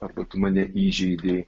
arba tu mane įžeidei